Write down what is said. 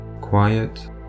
Quiet